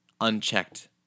unchecked